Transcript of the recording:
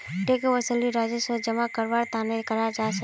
tax वसूली राजस्व जमा करवार तने कराल जा छे